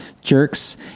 jerks